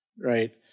right